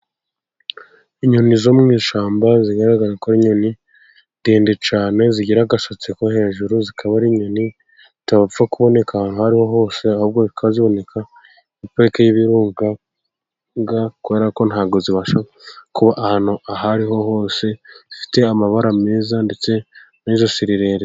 Inyoni zo mu ishyamba zigaragara ko ari inyoni ndende cyane, zigira agasatsi ko hejuru, zikaba ari inyoni zitapfa kuboneka ahantu aho ariho hose, ahubwo ikaba ziboneka muri Parike y'Ibirunga, kubera ko ntabwo zibasha kuba ahantu aho ariho hose, zifite amabara meza, ndetse n'ijosi rirerire.